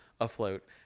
afloat